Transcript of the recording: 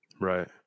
Right